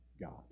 God